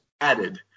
added